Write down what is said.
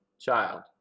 Child